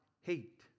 hate